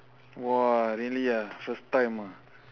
!wah! really ah first time ah